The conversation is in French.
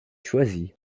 choisi